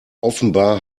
offenbar